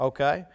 Okay